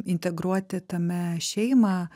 integruoti tame šeimą